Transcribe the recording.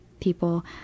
people